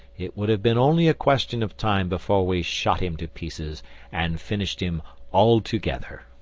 it would have been only a question of time before we shot him to pieces and finished him altogether.